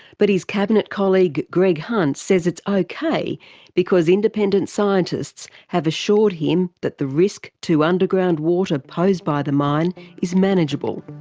but his cabinet colleague greg hunt says it's okay because independent scientists have assured him that the risk to underground water posed by the mine is manageable.